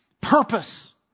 Purpose